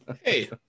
Hey